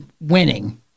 winning